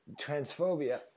transphobia